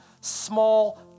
small